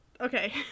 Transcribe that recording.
Okay